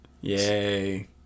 Yay